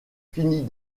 finit